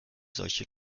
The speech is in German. solche